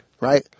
right